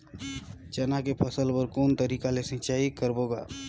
चना के फसल बर कोन तरीका ले सिंचाई करबो गा?